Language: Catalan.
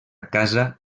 casa